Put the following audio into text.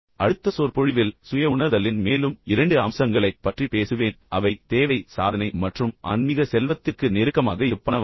அடுத்த சொற்பொழிவில் சுய உணர்தலின் மேலும் 2 அம்சங்களைப் பற்றி பேசுவேன் அவை தேவை சாதனை மற்றும் ஆன்மீக செல்வத்திற்கு நெருக்கமாக இருப்பனவாகும்